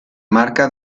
marca